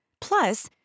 Plus